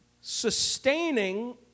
Sustaining